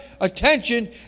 attention